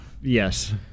yes